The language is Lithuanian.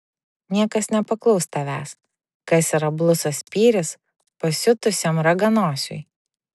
niekas nepaklaus tavęs kas yra blusos spyris pasiutusiam raganosiui